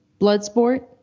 Bloodsport